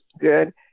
good